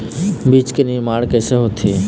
बीज के निर्माण कैसे होथे?